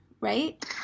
right